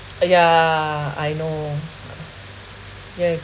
yeah I know uh yes